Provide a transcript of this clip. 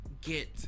get